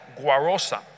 guarosa